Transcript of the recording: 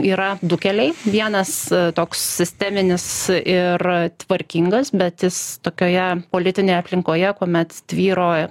yra du keliai vienas toks sisteminis ir tvarkingas bet jis tokioje politinėje aplinkoje kuomet tvyro